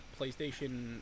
PlayStation